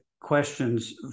questions